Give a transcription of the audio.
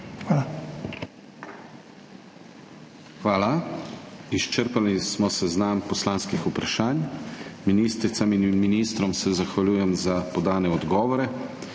KRIVEC: Hvala. Izčrpali smo seznam poslanskih vprašanj. Ministricam in ministrom se zahvaljujem za podane odgovore.